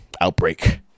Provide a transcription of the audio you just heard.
outbreak